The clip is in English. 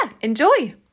enjoy